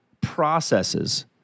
processes